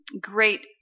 great